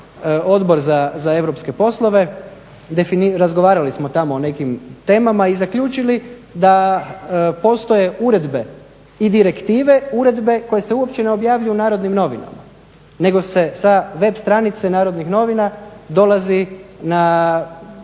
Odbor za Europske poslove, razgovarali smo tamo o nekim temama i zaključili da postoje uredbe i direktive uredbe koje se uopće ne objavljuju u Narodnim novinama nego se sa web stranice Narodnih novina dolazi na